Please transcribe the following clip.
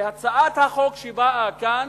והצעת החוק שבאה כאן,